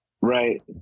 Right